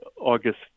August